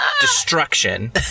destruction